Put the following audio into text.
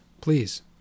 please